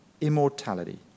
Immortality